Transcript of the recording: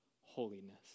holiness